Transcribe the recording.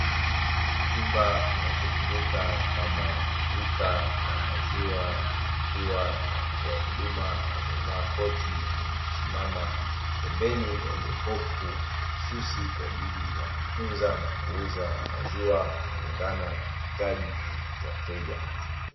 Chumba kinachotumika kama duka la maziwa kikiwa na mtoa huduma amevaa koti na kusimama pembeni ya jokofu mahususi kwa ajili ya kutunza na kuuza maziwa kulingana na mahitaji ya mteja.